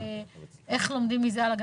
איך לומדים מזה הלאה.